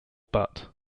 but